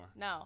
No